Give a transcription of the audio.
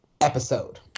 episode